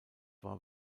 war